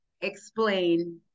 explain